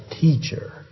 teacher